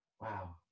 Wow